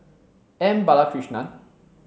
M Balakrishnan